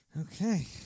okay